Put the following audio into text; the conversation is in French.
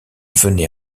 venait